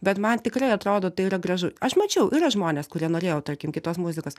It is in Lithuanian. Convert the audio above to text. bet man tikrai atrodo tai yra gražu aš mačiau yra žmonės kurie norėjo tarkim kitos muzikos